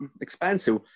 expensive